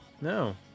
No